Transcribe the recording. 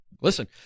Listen